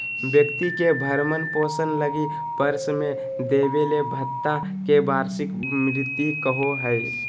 व्यक्ति के भरण पोषण लगी वर्ष में देबले भत्ता के वार्षिक भृति कहो हइ